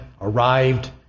arrived